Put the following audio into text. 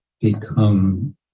become